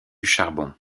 charbon